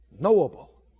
Knowable